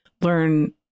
learn